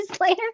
later